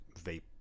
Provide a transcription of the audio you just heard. vape